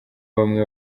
bamwe